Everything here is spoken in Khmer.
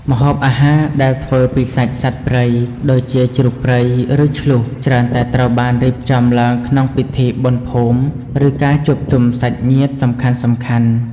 ម្ហូបអាហារដែលធ្វើពីសាច់សត្វព្រៃ ដូចជាជ្រូកព្រៃ ឬឈ្លូស ច្រើនតែត្រូវបានរៀបចំឡើងក្នុងពិធីបុណ្យភូមិ ឬការជួបជុំសាច់ញាតិសំខាន់ៗ។